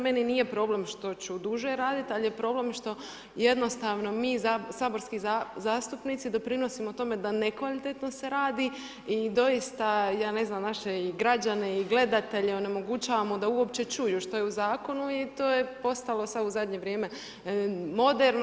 Meni nije problem što ću duže raditi, ali je problem, što mi jednostavno saborski zastupnici doprinose tome da nekvalitetno se radi i doista ja ne znam, naše građane i gledatelje onemogućavamo da uopće čuju što je u zakonu i to je postalo sada u zadnje vrijeme moderno.